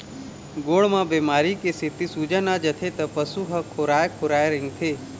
गोड़ म बेमारी के सेती सूजन आ जाथे त पशु ह खोराए खोराए रेंगथे